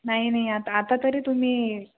नाही नाही आता आता तरी तुम्ही